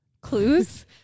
clues